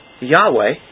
Yahweh